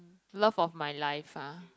love of my life ah